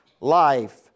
life